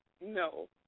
no